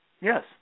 Yes